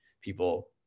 people